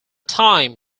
time